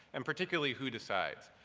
and particularly who decides.